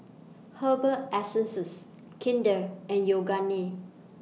Herbal Essences Kinder and Yoogane